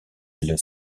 elle